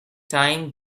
time